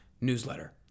newsletter